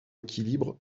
équilibre